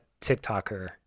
TikToker